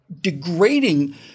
degrading